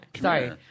Sorry